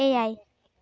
ᱮᱭᱟᱭ